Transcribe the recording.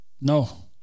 No